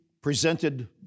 presented